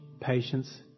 patience